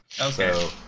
Okay